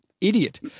idiot